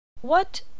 What